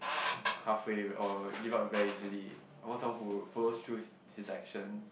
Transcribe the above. halfway or give up very easily I want someone who follows through his his actions